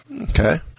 Okay